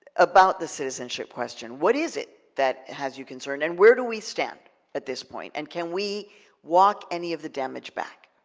about the citizenship question. what is it that has you concerned and where do we stand at this point? and can we walk any of the damage back?